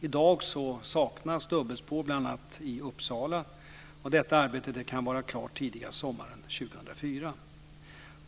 I dag saknas dubbelspår bl.a. i Uppsala, och arbetet med detta kan bli klart tidigast sommaren 2004.